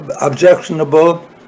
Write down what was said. objectionable